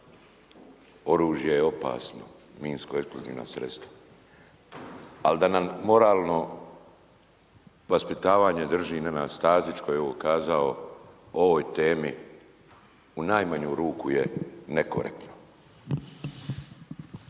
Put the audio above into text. Oružje je opasno, minskoeksplozivna sredstva, ali da nam moralno vaspitavanje drži Nenad Stazić koji je ovo kazao o ovoj temi, u najmanju ruku je nekorektno.